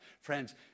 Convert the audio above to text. Friends